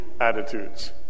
Attitudes